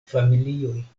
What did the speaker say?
familioj